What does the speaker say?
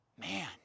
man